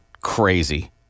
crazy